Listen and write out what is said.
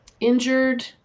injured